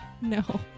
No